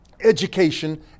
education